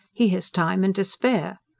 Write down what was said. he has time and to spare.